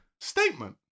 statement